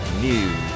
News